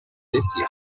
decir